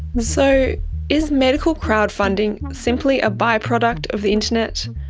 so is medical crowdfunding simply a by-product of the internet?